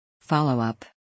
follow-up